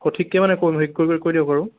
সঠিককৈ মানে কৈ দিয়ক আৰু